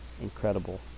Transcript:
incredible